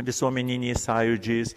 visuomeniniais sąjūdžiais